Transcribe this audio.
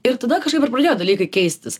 ir tada kažkaip ir pradėjo dalykai keistis